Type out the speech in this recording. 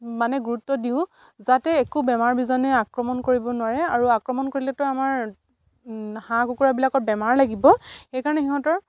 মানে গুৰুত্ব দিওঁ যাতে একো বেমাৰ বীজাণুৱে আক্ৰমণ কৰিব নোৱাৰে আৰু আক্ৰমণ কৰিলেতো আমাৰ হাঁহ কুকুৰাবিলাকত বেমাৰ লাগিব সেইকাৰণে সিহঁতৰ